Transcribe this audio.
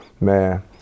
man